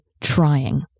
trying